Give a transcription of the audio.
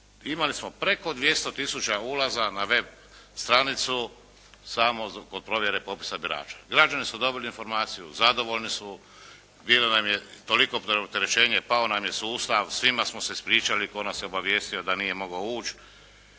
imali smo preko 200 tisuća ulaza na web stranicu samo zbog provjere popisa birača. Građani su dobili informaciju, zadovoljni su, bilo nam je toliko preopterećenje, pao nam je sustav, svima smo se ispričali tko nas je obavijestio da nije mogao uć',